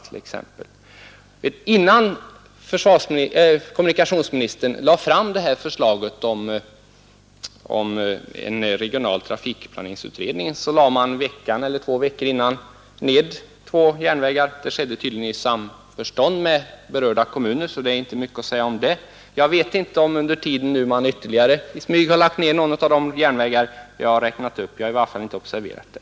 En vecka eller två veckor innan kommunikationsministern presenterade det här förslaget om regional trafikplaneringsutredning, lade man ned två järnvägar. Det skedde tydligen i samförstånd med berörda kommuner, så det är inte mycket att säga därom. Jag vet inte om man under tiden i smyg har lagt ned ytterligare någon av de järnvägar jag har räknat upp — jag har i varje fall inte observerat det.